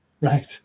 Right